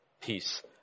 peace